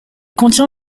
contient